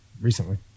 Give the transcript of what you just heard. recently